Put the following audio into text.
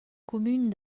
cumün